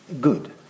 good